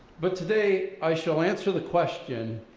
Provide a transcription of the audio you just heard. but today i shall answer the question,